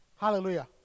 Hallelujah